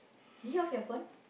did you off your phone